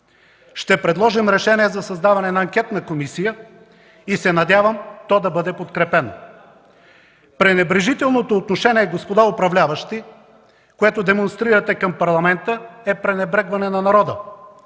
Ще предложим решение за създаване на анкетна комисия и се надявам то да бъде подкрепено. Пренебрежителното отношение, господа управляващи, което демонстрирате към Парламента, е пренебрегване на народа,